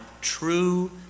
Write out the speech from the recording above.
true